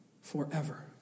forever